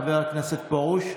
חבר הכנסת פרוש,